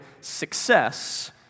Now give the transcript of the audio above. success